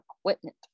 equipment